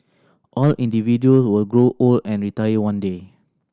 all individual will grow old and retire one day